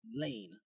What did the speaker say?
Lane